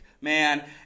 man